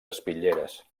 espitlleres